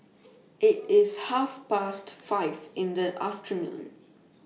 IT IS Half Past five in The afternoon